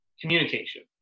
communication